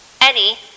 Eddie